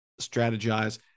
strategize